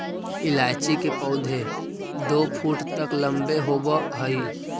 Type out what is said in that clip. इलायची के पौधे दो फुट तक लंबे होवअ हई